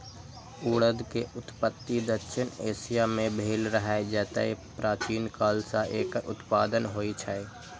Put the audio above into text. उड़द के उत्पत्ति दक्षिण एशिया मे भेल रहै, जतय प्राचीन काल सं एकर उत्पादन होइ छै